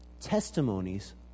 testimonies